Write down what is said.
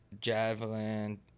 Javelin